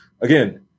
again